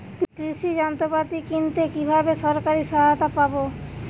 কৃষি যন্ত্রপাতি কিনতে কিভাবে সরকারী সহায়তা পাব?